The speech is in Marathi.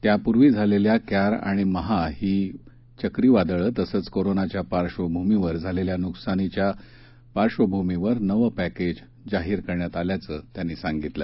त्यापूर्वी झालेली क्यार आणि महा ही चक्रीवादळं तसंच करोनाच्या पार्श्वभूमीवर झालेल्या नुकसानीच्या पार्श्वभूमीवर नवं पक्रेज जाहीर करण्यात आल्याचं त्यांनी सांगितलं